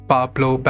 Pablo